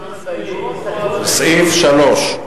הסתייגות לסעיף 3,